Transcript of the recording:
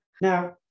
Now